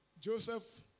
Joseph